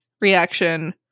reaction